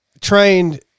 trained